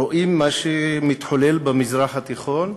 רואים את מה שמתחולל במזרח התיכון,